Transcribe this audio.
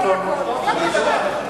אי-אפשר לספוג את הכול.